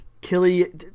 Killy